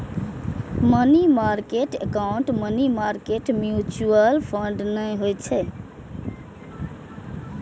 money market account money market mutual fund नै छियै